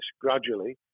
gradually